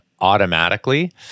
automatically